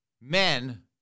Men